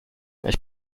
ich